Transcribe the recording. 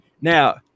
now